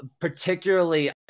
particularly